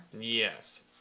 Yes